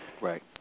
Right